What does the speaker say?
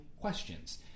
questions